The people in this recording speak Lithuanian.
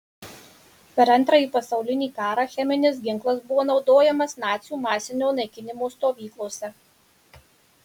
per antrąjį pasaulinį karą cheminis ginklas buvo naudojamas nacių masinio naikinimo stovyklose